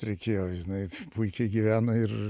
reikėjo jinai puikiai gyvena ir